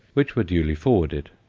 which were duly forwarded.